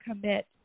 commit